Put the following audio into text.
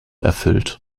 erfüllt